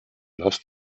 lost